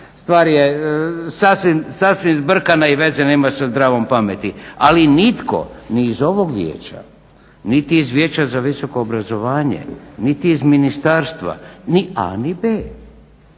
Stvar je sasvim zbrkana i veze nema sa zdravom pameti. Ali nitko, niti iz ovog Vijeća, niti iz Vijeća za visoko obrazovanje, niti iz Ministarstva, niti a